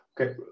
Okay